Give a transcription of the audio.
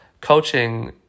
coaching